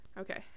okay